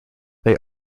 they